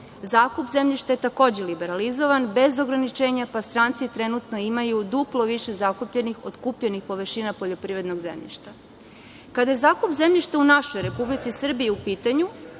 Zakup zemljišta je takođe liberalizovan, bez ograničenja, pa stranci trenutno imaju duplo više zakupljenih od kupljenih površina poljoprivrednog zemljišta. Kada je zakup zemljišta u našoj Republici Srbiji u pitanju,